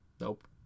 Nope